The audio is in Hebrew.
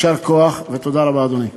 יישר כוח, ותודה רבה, אדוני.